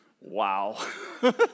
Wow